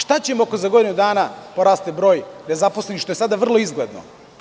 Šta ćemo ako za godinu dana poraste broj nezaposlenih što je sada vrlo izgledno?